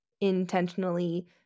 intentionally